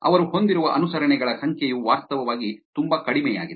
ಅವರು ಹೊಂದಿರುವ ಅನುಸರಣೆಗಳ ಸಂಖ್ಯೆಯು ವಾಸ್ತವವಾಗಿ ತುಂಬಾ ಕಡಿಮೆಯಾಗಿದೆ